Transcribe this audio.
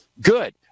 good